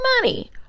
money